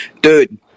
Dude